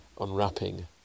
unwrapping